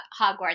hogwarts